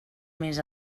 més